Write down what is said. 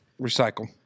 Recycle